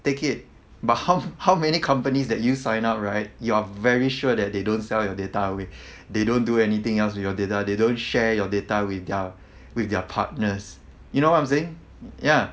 take it but how how many companies that you sign up right you're very sure that they don't sell your data away they don't do anything else with your data they don't share your data with their with their partners you know what I'm saying ya